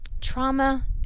Trauma